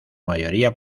mayoría